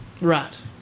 Right